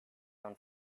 own